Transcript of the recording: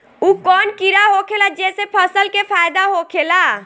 उ कौन कीड़ा होखेला जेसे फसल के फ़ायदा होखे ला?